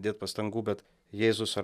dėt pastangų bet jėzus ar